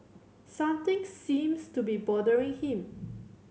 something seems to be bothering him